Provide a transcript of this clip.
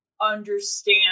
understand